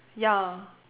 ya